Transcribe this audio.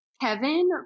Kevin